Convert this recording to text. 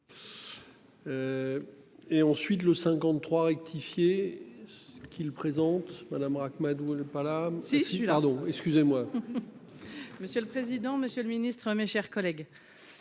Et ensuite le 53 rectifié. Qu'il présente Madame Ract-Madoux n'est pas là si si le pardon, excusez-moi. Monsieur le président, Monsieur le Ministre, mes chers collègues.